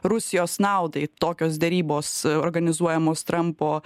rusijos naudai tokios derybos organizuojamos trampo